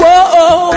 Whoa